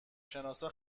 شناسا